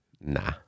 Nah